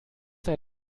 sei